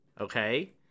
Okay